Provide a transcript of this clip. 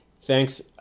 Thanks